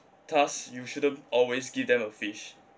thus you shouldn't always give them a fish